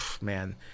man